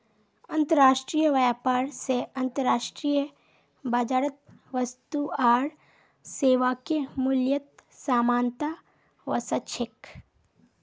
अंतर्राष्ट्रीय व्यापार स अंतर्राष्ट्रीय बाजारत वस्तु आर सेवाके मूल्यत समानता व स छेक